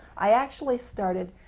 i actually started.